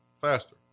faster